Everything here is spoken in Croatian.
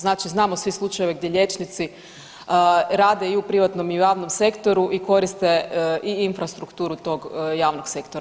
Znači znamo svi slučajeve gdje liječnici rade i u privatnom i u javnom sektoru i koriste i infrastrukturu tog javnog sektora.